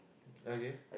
okay